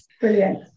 Brilliant